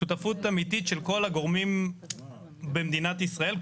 שותפות אמיתית של כל הגורמים במדינת ישראל,